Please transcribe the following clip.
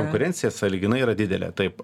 konkurencija sąlyginai yra didelė taip